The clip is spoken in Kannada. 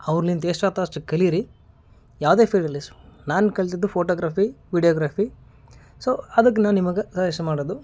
ಅವ್ರ್ಲಿಂತ ಎಷ್ಟು ಆತೋ ಅಷ್ಟು ಕಲೀರಿ ಯಾವುದೇ ಫೀಲ್ಡ್ ಇರಲಿ ಸ್ ನಾನು ಕಲ್ತಿದ್ದು ಫೋಟೋಗ್ರಫೀ ವಿಡಿಯೋಗ್ರಫೀ ಸೋ ಅದಕ್ಕೆ ನಾ ನಿಮ್ಗೆ ಸಜೆಸ್ಟ್ ಮಾಡೋದು